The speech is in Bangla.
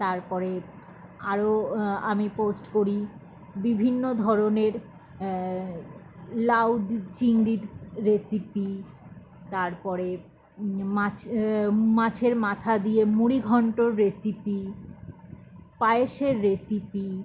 তারপরে আরও আমি পোস্ট করি বিভিন্ন ধরণের লাউ চিংড়ির রেসিপি তারপরে মা মাছের মাথা দিয়ে মুড়িঘন্টর রেসিপি পায়েসের রেসিপি